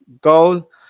goal